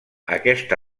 aquesta